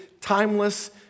timeless